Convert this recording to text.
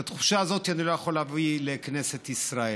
את התחושה הזאת אני לא יכול להביא לכנסת ישראל.